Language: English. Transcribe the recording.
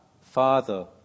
Father